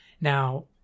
Now